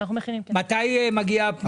מתי תגיע?